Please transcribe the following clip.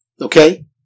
Okay